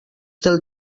del